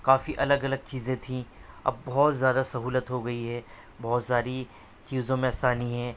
کافی الگ الگ چیزیں تھیں اب بہت زیادہ سہولت ہو گئی ہے بہت ساری چیزوں میں آسانی ہے